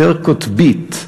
יותר קוטבית,